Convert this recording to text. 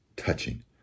Touching